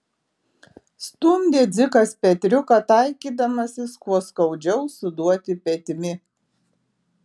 stumdė dzikas petriuką taikydamasis kuo skaudžiau suduoti petimi